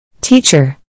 Teacher